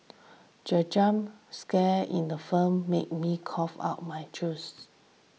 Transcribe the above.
the jump scare in the film made me cough out my juice